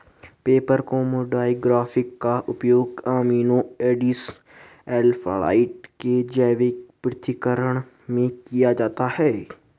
paper chromatography का उपयोग amino acid alkaloid के जैविक पृथक्करण में किया जाता है